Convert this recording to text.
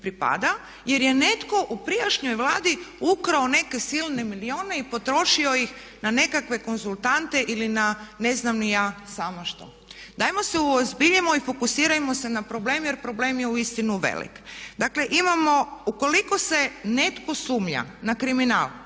jer je netko u prijašnjoj Vladi ukrao neke silne milijune i potrošio ih na nekakve konzultante ili na ne znam ni ja sama što. Dajmo se uozbiljimo i fokusirajmo se na problem jer problem je uistinu velik. Dakle imamo, ukoliko netko sumnja na kriminal,